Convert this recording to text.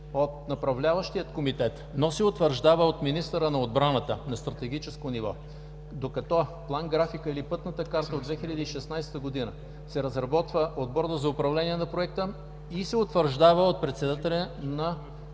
от Направляващия комитет, но се утвърждава от министъра на отбраната на стратегическо ниво, докато План-графика или Пътната карта от 2016 г. се разработва от Борда за управление на проекта и се утвърждава от председателя на